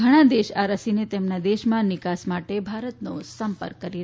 ઘણાં દેશ આ રસીને તેમના દેશમાં નિકાસ માટે ભારતનો સંપર્ક કરી રહ્યા છે